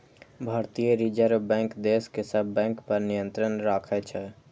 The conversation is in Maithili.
भारतीय रिजर्व बैंक देश के सब बैंक पर नियंत्रण राखै छै